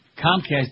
Comcast